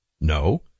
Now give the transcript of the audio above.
No